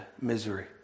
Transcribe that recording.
misery